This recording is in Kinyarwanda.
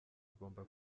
agomba